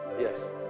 Yes